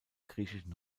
griechischen